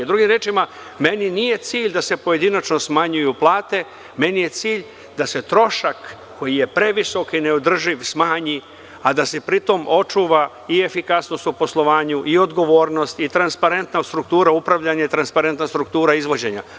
Drugim rečima, meni nije cilj da se pojedinačno smanjuju plate, meni je cilj da se trošak, koji je previsok i neodrživ, smanji, a da se pri tom očuva i efikasnost u poslovanju i odgovornost i transparentna struktura upravljanja i transparentna struktura izvođenja.